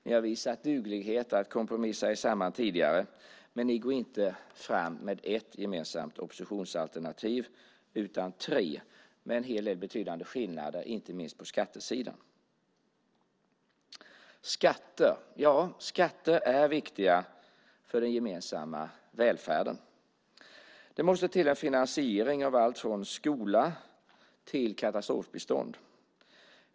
Ni har visat duglighet att kompromissa er samman tidigare, men ni går inte fram med ett gemensamt oppositionsalternativ utan tre, med en hel del betydande skillnader, inte minst på skattesidan. Skatter - ja, skatter är viktiga för den gemensamma välfärden. Det måste till en finansiering av allt från skola till katastrofbistånd.